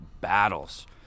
battles